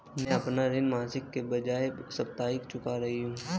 मैं अपना ऋण मासिक के बजाय साप्ताहिक चुका रही हूँ